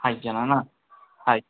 ಐದು ಜನನ ಆಯ್ತು